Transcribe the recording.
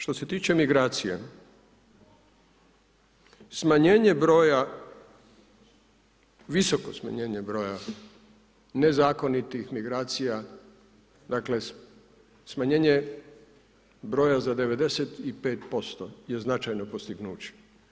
Što se tiče migracija, smanjenje broja, visoko smanjenje broja nezakonitih migracija dakle smanjenje broja za 95% je značajno postignuće.